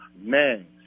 man